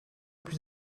plus